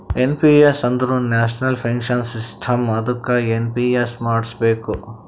N P S ಅಂದುರ್ national pension system ಅದ್ದುಕ NPS ಮಾಡುಸ್ಬೇಕ್